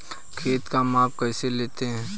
खेत का माप कैसे लेते हैं?